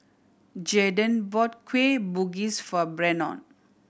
Jaeden brought Kueh Bugis for Brennon